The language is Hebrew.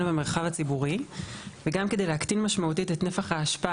במרחב הציבורי וגם כדי להקטין משמעותית את נפח האשפה